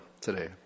today